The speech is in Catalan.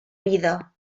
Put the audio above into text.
vida